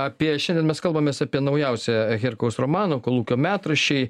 apie šiandien mes kalbamės apie naujausią herkaus romaną kolūkio metraščiai